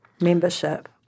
membership